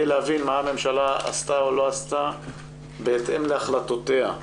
להבין מה הממשלה עשתה או לא עשתה בהתאם להחלטותיה.